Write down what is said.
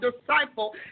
disciple